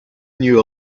knew